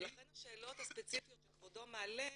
לכן השאלות הספציפיות שכבודו מעלה,